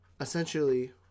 essentially